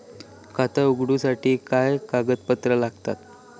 खाता उगडूच्यासाठी काय कागदपत्रा लागतत?